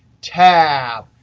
tab,